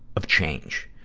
of change.